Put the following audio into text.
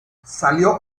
salió